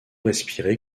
respirer